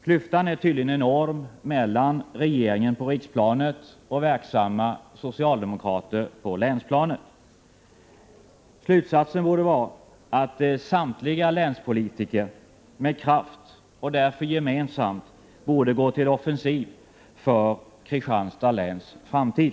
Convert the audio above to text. Klyftan är tydligen enorm mellan regeringen på riksplanet och verksamma socialdemokrater på länsplanet. Slutsatsen borde vara att samtliga länspolitiker med kraft gemensamt borde gå till offensiv för Kristianstads läns framtid.